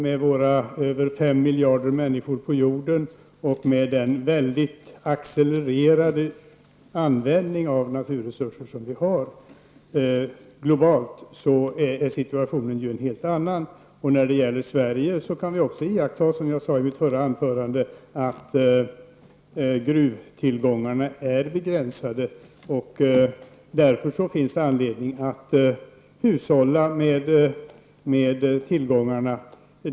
Med över 5 miljarder människor på jorden och med en globalt väldigt accelererande användning av naturresurser är situationen i dag en helt annan. Som jag sade i mitt anförande kan vi när det gäller Sverige iaktta att gruvtillgångarna är begränsade. Därför finns det anledning att hushålla med tillgångarna.